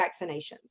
vaccinations